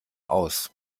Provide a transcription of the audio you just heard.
aus